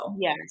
yes